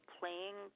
playing